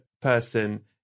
person